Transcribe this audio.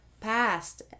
past